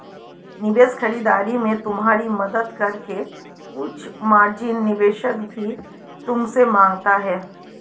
निवेश खरीदारी में तुम्हारी मदद करके कुछ मार्जिन निवेशक भी तुमसे माँगता है